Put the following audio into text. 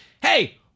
Hey